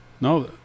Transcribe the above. No